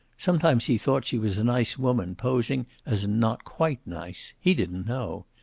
sometimes he thought she was a nice woman posing as not quite nice. he didn't know.